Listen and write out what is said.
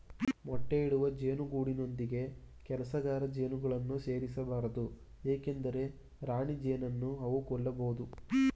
ಮೊಟ್ಟೆ ಇಡುವ ಜೇನು ಗೂಡಿನೊಂದಿಗೆ ಕೆಲಸಗಾರ ಜೇನುಗಳನ್ನು ಸೇರಿಸ ಬಾರದು ಏಕೆಂದರೆ ರಾಣಿಜೇನನ್ನು ಅವು ಕೊಲ್ಲಬೋದು